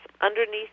underneath